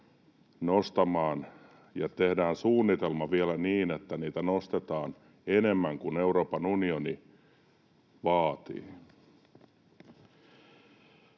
nostamaan ja tehdään suunnitelma vielä niin, että nostetaan enemmän kuin Euroopan unioni vaatii.